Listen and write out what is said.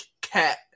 cat